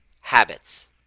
habits